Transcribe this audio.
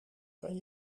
kan